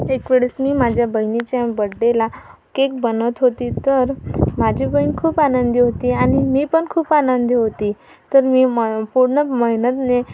एकवेळेस मी माझ्या बहिणीच्या बड्डेला केक बनवत होती तर माझी बहीण खूप आनंदी होती आणि मी पण खूप आनंदी होती तर मी मा पूर्ण मेहनतने